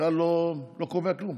בכלל לא קובע כלום.